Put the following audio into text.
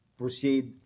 proceed